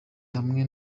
hamwe